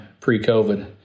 pre-COVID